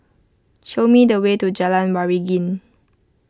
show me the way to Jalan Waringin